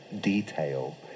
detail